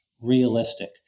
realistic